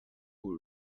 who